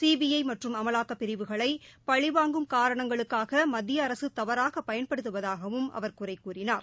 CBI மற்றும் அமலாக்கப் பிரிவுகளை பழிவாங்கும் காரணங்களுக்காக மத்திய அரசு தவறாக பயன்படுத்துவதாகவும் அவர் குறை கூறினார்